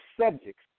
subjects